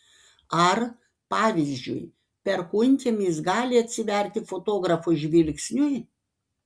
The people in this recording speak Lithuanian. ar pavyzdžiui perkūnkiemis gali atsiverti fotografo žvilgsniui